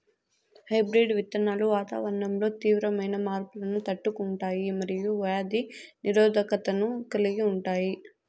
hybrid విత్తనాలు వాతావరణంలో తీవ్రమైన మార్పులను తట్టుకుంటాయి మరియు వ్యాధి నిరోధకతను కలిగి ఉంటాయి